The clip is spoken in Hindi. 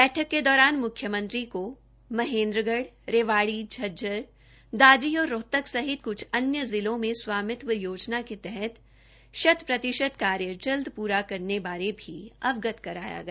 बैठक के दौरान मुख्यमंत्री को महेन्द्रगढ रेवाड़ी झज्जर दादरी और रोहतक सहित कुछ अन्य जिलों में स्वामित्व योजना के तहत शत प्रतिशत कार्य जल्द पूरा करने बारे भी अवगत कराया गया